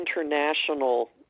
international